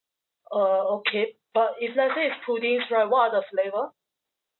uh okay uh if let's say is puddings right what are the flavour